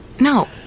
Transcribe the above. No